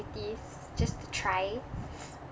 just to try